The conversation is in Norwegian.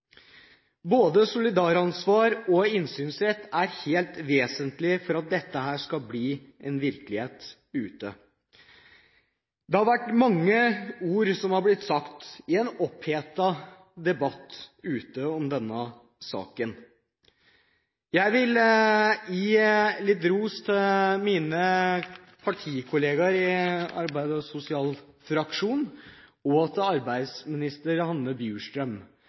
Både solidaransvar og innsynsrett er helt vesentlig for at dette skal bli en virkelighet ute. Det er sagt mange ord i en opphetet debatt ute om denne saken. Jeg vil gi litt ros til mine partikolleger i arbeids- og sosialfraksjonen og til arbeidsminister Hanne Inger Bjurstrøm,